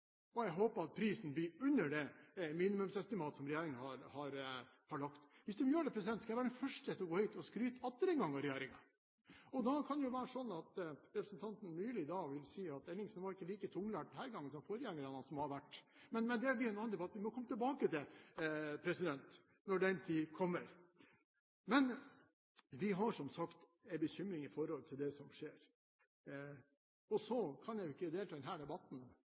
og jeg håper at prisen blir under det minimumsestimat som regjeringen har lagt inn. Hvis de gjør det, skal jeg være den første til å gå hit og skryte atter en gang av regjeringen. Da kan det være at representanten Myrli vil si at Ellingsen var ikke like tunglært denne gangen som forgjengerne hans må ha vært. Men det må bli en annen debatt som vi må komme tilbake til når den tid kommer. Men vi har som sagt en bekymring i forhold til det som skjer. Så kan jeg ikke delta i denne debatten med postnummer 8250 uten å si to ord om basestruktur, ikke fordi den